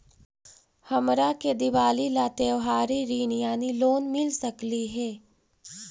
हमरा के दिवाली ला त्योहारी ऋण यानी लोन मिल सकली हे?